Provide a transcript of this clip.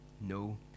no